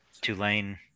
Tulane